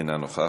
אינה נוכחת,